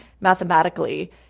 mathematically